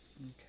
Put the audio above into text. Okay